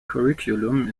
curriculum